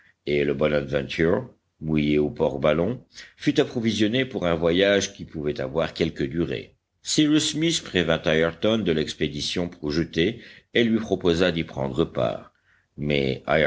et le bonadventure mouillé au port ballon fut approvisionné pour un voyage qui pouvait avoir quelque durée cyrus smith prévint ayrton de l'expédition projetée et lui proposa d'y prendre part mais